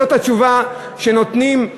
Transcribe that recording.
זאת התשובה שנותנים,